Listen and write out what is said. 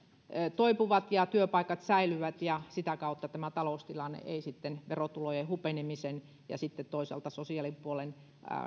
toipuvat ja työpaikat säilyvät ja sitä kautta taloustilanne ei sitten verotulojen hupenemisen ja toisaalta sosiaalipuolen